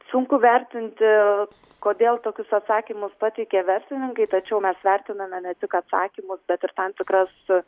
sunku vertinti kodėl tokius atsakymus pateikė verslininkai tačiau mes vertiname ne tik atsakymus bet ir tam tikras